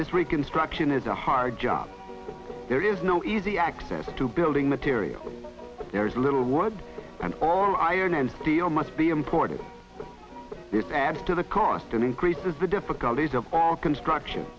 this reconstruction is a hard job there is no easy access to building materials there is little word and all iron and steel must be imported this adds to the cost and increases the difficulties of construction